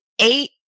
Eight